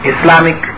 Islamic